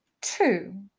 Two